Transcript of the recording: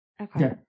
Okay